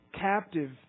captive